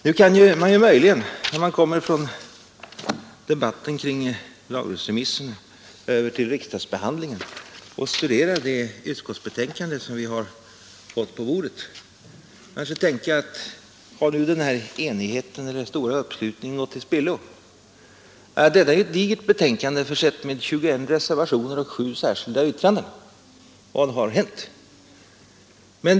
— Nu kan man möjligen, när man från debatten kring lagrådsremissen kommer över till riksdagsbehandlingen och studerar det utskottsbetänkande som vi har fått på bordet, fråga sig om enigheten eller den stora uppslutningen gått till spillo. Detta är ju ett digert betänkande, försett med 21 reservationer och 7 särskilda yttranden. Vad har hänt?